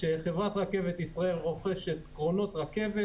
כשחברת רכבת ישראל רוכשת קרונות רכבת